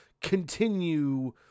continue